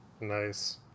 Nice